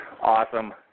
Awesome